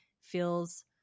feels